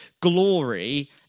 glory